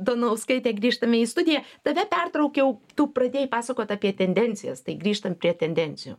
donauskaite grįžtame į studiją tave pertraukiau tu pradėjai pasakot apie tendencijas tai grįžtam prie tendencijų